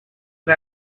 the